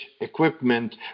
equipment